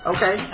Okay